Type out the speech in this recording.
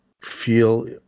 feel